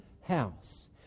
house